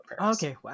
okay